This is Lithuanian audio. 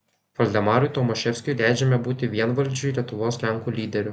valdemarui tomaševskiui leidžiama būti vienvaldžiui lietuvos lenkų lyderiu